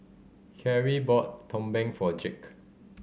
Carie bought Tumpeng for Jake